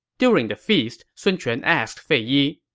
during the feast, sun quan asked fei yi,